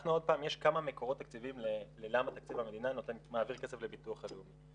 יש כמה מקורות תקציביים ללמה תקציב המדינה מעביר כסף לביטוח הלאומי.